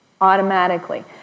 automatically